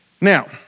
Now